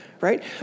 right